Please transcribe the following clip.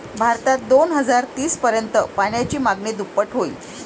भारतात दोन हजार तीस पर्यंत पाण्याची मागणी दुप्पट होईल